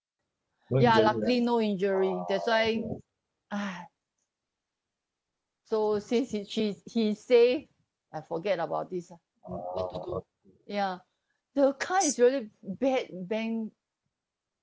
ya luckily no injury that's why ah so since he she he say I forget about this lah mm what to do ya the car is really bad bang